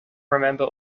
remember